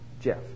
Jeff